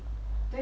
then orh